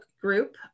group